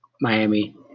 Miami